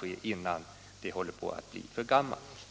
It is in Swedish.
ske innan materialet blir för gammalt.